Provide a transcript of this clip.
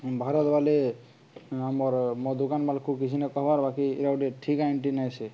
ଭାରତ ବାଲେ ଆମର ମଦ ଦୋକାନବାଲାଙ୍କୁ କିଛି ନାଇଁ କରବାର୍ ବାକି ଏରା ଗୋଟେ ଠିକା ଏଣ୍ଟି ନାଇଁ ସେ